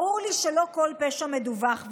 ברור לי שלא כל פשע מדווח,